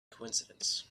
coincidence